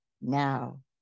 now